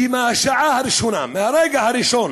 מהשעה הראשונה, מהרגע הראשון